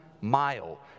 mile